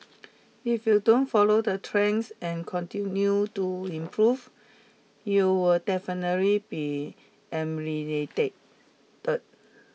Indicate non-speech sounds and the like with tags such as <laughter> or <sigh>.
if you don't follow the trends and continue to improve you'll definitely be <unintelligible>